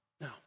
Now